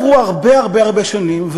עברו הרבה הרבה שנים,